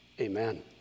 amen